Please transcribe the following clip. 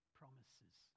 promises